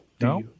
No